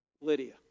Lydia